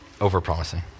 over-promising